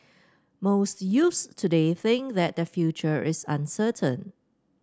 most youths today think that their future is uncertain